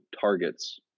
targets